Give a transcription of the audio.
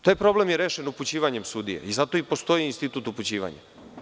Taj problem je rešen upućivanjem sudije i zato i postoji institut upućivanja.